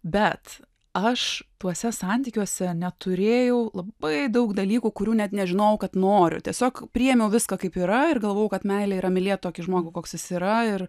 bet aš tuose santykiuose neturėjau labai daug dalykų kurių net nežinojau kad noriu tiesiog priėmiau viską kaip yra ir galvojau kad meilė yra mylėt tokį žmogų koks jis yra ir